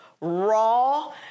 raw